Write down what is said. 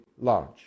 large